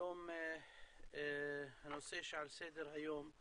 היום הנושא שעל סדר היום הוא